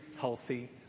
healthy